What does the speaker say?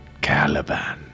Caliban